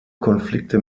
konflikte